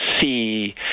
see